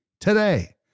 today